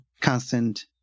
constant